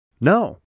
No